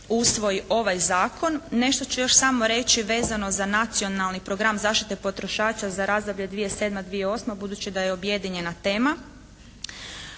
usvoji ovaj zakon. Nešto ću još samo reći vezano za Nacionalni program zaštite potrošača za razdoblje 2007./2008. budući da je objedinjena tema.